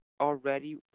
already